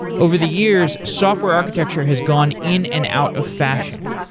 over the years, software architecture has gone in and out of fashion.